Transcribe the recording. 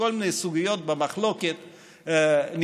וכל מיני סוגיות במחלוקת נפתרו.